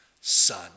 son